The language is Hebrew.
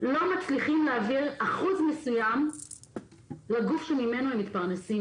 לא מצליחים להעביר אחוז מסוים לגוף שממנו הם מתפרנסים,